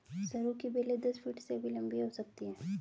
सरू की बेलें दस फीट से भी लंबी हो सकती हैं